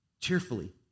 Cheerfully